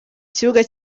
kibuga